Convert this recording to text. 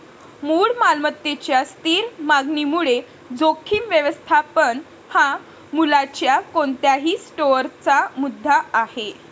मूळ मालमत्तेच्या स्थिर मागणीमुळे जोखीम व्यवस्थापन हा मूल्याच्या कोणत्याही स्टोअरचा मुद्दा आहे